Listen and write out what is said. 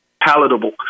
palatable